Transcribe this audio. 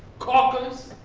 calkers,